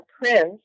prince